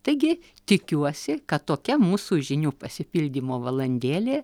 taigi tikiuosi kad tokia mūsų žinių pasipildymo valandėlė